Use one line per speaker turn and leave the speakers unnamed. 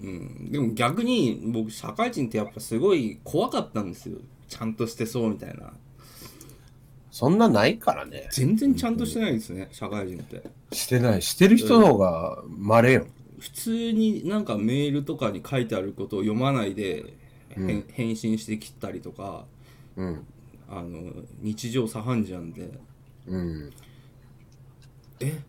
うん。でも逆に僕、社会人ってやっぱすごい怖かったんですよ。ちゃんとしてそうみたいな。
そんなないからね。
全然ちゃんとしてないですね、
うん。
社会人って。
してない。してる人の方が稀よ。
うん。普通になんかメールとかに書いてあることを読まないで、へん-
うん。
返信してきたりとか。
うん。
あの、日常茶飯事なんで。
うん。
え？